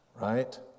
right